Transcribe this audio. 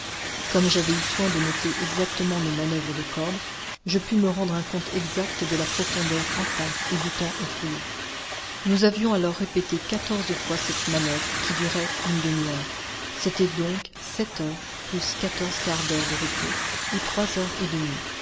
comme j'avais eu soin de noter exactement nos manoeuvres de corde je pus me rendre un compte exact de la profondeur atteinte et du temps écoulé nous avions alors répété quatorze fois cette manoeuvre qui durait une demi-heure c'était donc sept heures plus quatorze quarts d'heure de repos ou trois heures et demie